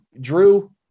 Drew